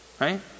right